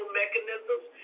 mechanisms